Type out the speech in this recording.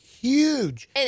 Huge